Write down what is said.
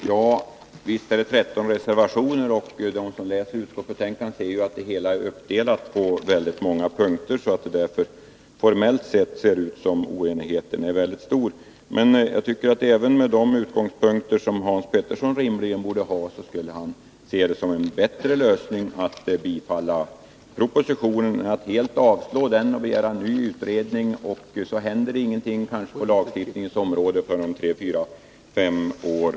Herr talman! Visst finns det 13 reservationer, men den som läser betänkandet ser att det omfattar väldigt många punkter, så det är bara formellt som det verkar som om oenigheten är stor. Även med de utgångspunkter som Hans Petersson har borde han se det som en bättre lösning att bifalla propositionen än att helt avslå den och begära en ny utredning. Då händer ingenting på detta område förrän om ytterligare tre, fyra eller fem år.